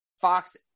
Fox